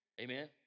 Amen